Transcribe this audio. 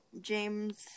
James